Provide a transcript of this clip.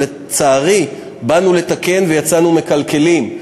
לצערי, באנו לתקן ויצאנו מקלקלים.